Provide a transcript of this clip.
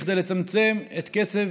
כדי לצמצם את קצב